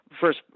first